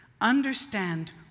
understand